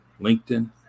LinkedIn